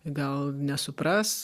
gal nesupras